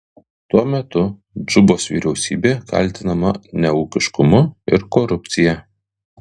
tuo metu džubos vyriausybė kaltinama neūkiškumu ir korupcija